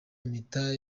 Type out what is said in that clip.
impeta